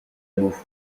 bout